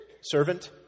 servant